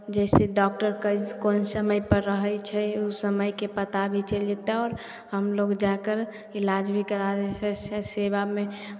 जइसे डॉक्टर कैस् कोन समयपर रहै छै ओ समयके पता भी चलि जेतै आओर हमलोग जा कऽ इलाज भी करा जइसे सेवामे